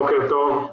בוקר טוב.